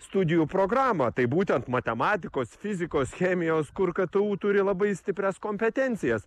studijų programą tai būtent matematikos fizikos chemijos kur ktu turi labai stiprias kompetencijas